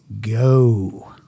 go